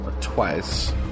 twice